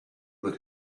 that